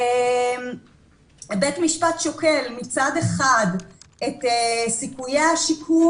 בית המשפט שוקל מצד אחד את סיכויי השיקום